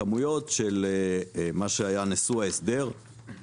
הכמויות של מה שהיה נשוא ההסדר,